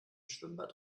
schwimmbad